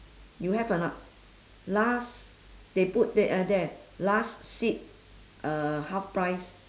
you have or not last they put there uh there last seat uh half price